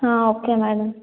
హా okay madam